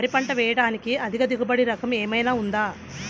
వరి పంట వేయటానికి అధిక దిగుబడి రకం ఏమయినా ఉందా?